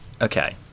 Okay